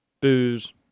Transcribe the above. Booze